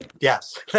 yes